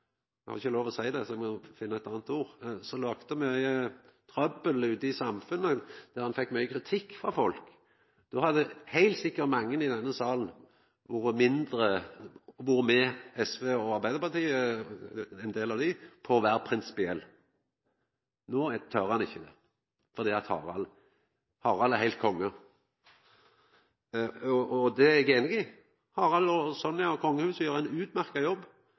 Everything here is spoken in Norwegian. eg må finna eit anna ord – trøbbel ute i samfunnet og fekk mykje kritikk frå folk, hadde heilt sikkert mange i denne salen vore med SV og ein del av Arbeidarpartiet på å vera prinsipielle. No tør ein ikkje, fordi Harald er heilt konge! Det er eg einig i – Harald, Sonja og kongehuset gjer ein utmerkt jobb,